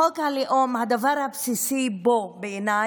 חוק הלאום, הדבר הבסיסי בו, בעיניי,